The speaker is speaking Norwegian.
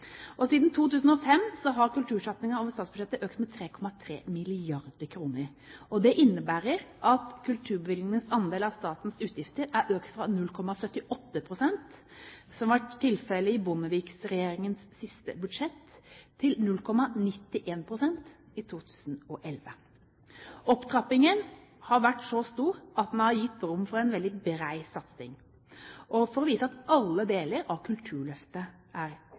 Siden 2005 har kultursatsingen over statsbudsjettet økt med 3,3 mrd. kr. Det innebærer at kulturbevilgningenes andel av statens utgifter er økt fra 0,78 pst., som var tilfellet i Bondevik-regjeringens siste budsjett, til 0,91 pst. i 2011. Opptrappingen har vært så stor at den har gitt rom for en veldig bred satsing for å vise at alle deler av kulturlivet er en del av Kulturløftet. Alle kunstformer og genrer er